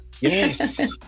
Yes